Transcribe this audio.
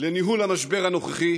לניהול המשבר הנוכחי